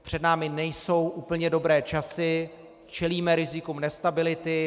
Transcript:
Před námi nejsou úplně dobré časy, čelíme rizikům nestability.